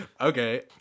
okay